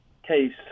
case